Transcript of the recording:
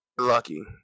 Lucky